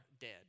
dead